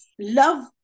love